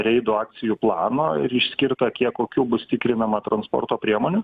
reido akcijų plano ir išskirta kiek kokių bus tikrinama transporto priemonių